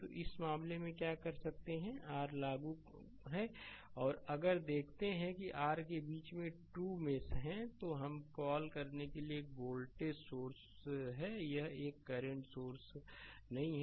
तो इस मामले में क्या कर सकते हैं आर लागू है और अगर देखते हैं कि आर के बीच में 2 मेशहैं तो हमें कॉल करने के लिए एक वोल्टेज सोर्स है यह एककरंट सोर्स नहीं है